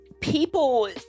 people